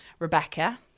Rebecca